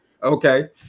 okay